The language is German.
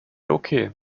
okay